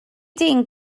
dyn